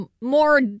More